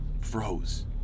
froze